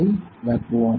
high vacuum